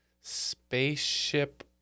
Spaceship